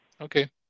Okay